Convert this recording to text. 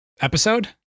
episode